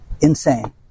Insane